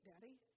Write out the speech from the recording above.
Daddy